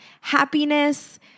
happiness